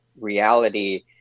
reality